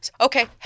Okay